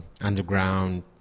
underground